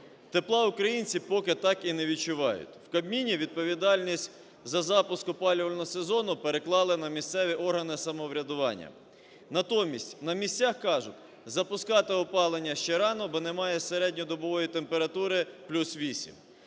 Тепла українці поки так і не відчувають. В Кабміні відповідальність за запуск опалювального сезону переклали на місцеві органи самоврядування. Натомість на місцях кажуть: запускати опалення ще рано, бо немає середньодобової температури плюс 8.